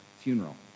funeral